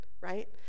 right